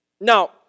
Now